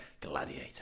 gladiator